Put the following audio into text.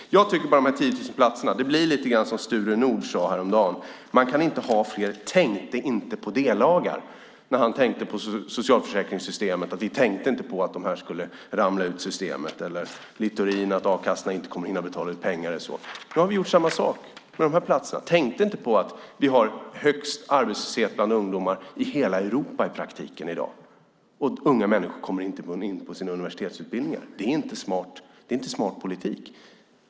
Jag tycker att det blir med dessa 10 000 platser som Sture Nordh sade häromdagen: Man kan inte ha fler "tänkte inte på det"-lagar. Han tänkte på socialförsäkringssystemet. Ni tänkte inte på att vissa skulle ramla ur systemet. Littorin tänkte inte på att a-kassorna inte kommer att hinna betala ut pengar eller så. Ni har gjort samma sak med de här platserna. Ni tänkte inte på att vi i praktiken har högsta ungdomsarbetslösheten i hela Europa, och unga människor kommer inte in på sina universitetsutbildningar. Det är inte smart politik.